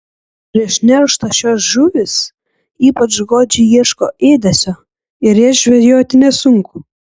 prieš nerštą šios žuvys ypač godžiai ieško ėdesio ir jas žvejoti nesunku